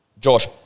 Josh